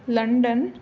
London